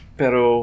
pero